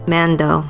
Mando